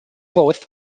both